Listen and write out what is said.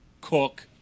Cook